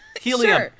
Helium